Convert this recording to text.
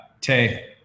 Tay